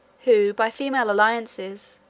who, by female alliances,